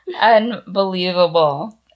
Unbelievable